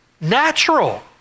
natural